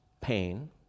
pain